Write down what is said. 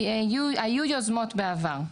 היו יוזמות בעבר.